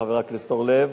חבר הכנסת אורלב,